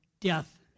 death